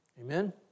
Amen